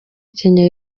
kenya